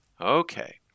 Okay